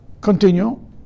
Continue